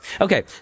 Okay